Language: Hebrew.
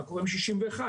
מה קורה עם גיל 61?